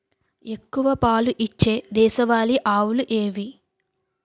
ఎక్కువ పాలు ఇచ్చే దేశవాళీ ఆవులు ఏవి?